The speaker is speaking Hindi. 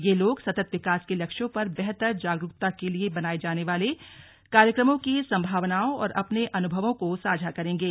ये लोग सतत् विकास के लक्ष्यों पर बेहतर जागरूकता के लिए बनाये जाने वाले कार्यक्रमों की संभावनाओं और अपने अनुभवों को साझा करेंगे